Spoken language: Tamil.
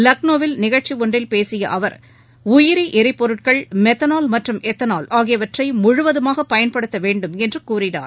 லக்னோவில் நிகழ்ச்சி ஒன்றில் பேசிய அவர் உயிரி எரிபொருட்கள் மெத்தனால் மற்றும் எத்தனால் ஆகியவற்றை முழுவதுமாக பயன்படுத்த வேண்டுமென்று கூறினார்